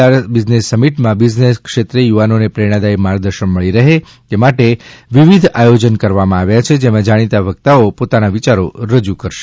ત્રિ દિવસીય ગ્લોબલ પાટીદારી બિઝનેસ સમિટમાં બિઝનેસ ક્ષેત્રે યુવાઓને પ્રેરણાદાયી માર્ગદર્શન મળી રહે તે માટે વિવિધ આયોજન કરવામાં આવ્યા છે જેમાં જાણીતા વક્તાઓ પોતાના વિચારો રજુ કરશે